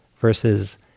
versus